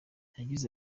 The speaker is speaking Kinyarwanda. yagize